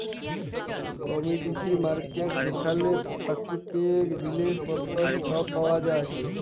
commodity market যেখালে পাকিতিক জিলিস পত্তর ছব পাউয়া যায়